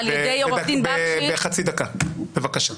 בחצי דקה, בבקשה.